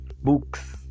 books